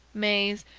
maize,